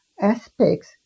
aspects